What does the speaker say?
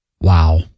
wow